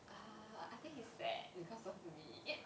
uh I think he's sad because of me